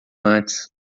antes